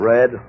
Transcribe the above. Red